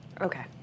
Okay